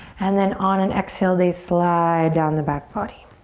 and then on an exhale, they slide down the back body.